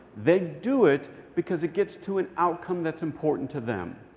they do it because it gets to an outcome that's important to them.